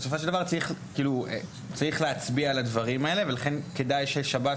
בסופו של דבר צריך להצביע על הדברים האלה ולכן כדאי ששב"ס